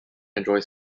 enjoy